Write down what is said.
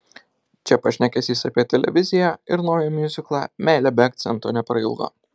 čia pašnekesys apie televiziją ir naują miuziklą meilė be akcento neprailgo